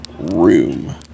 Room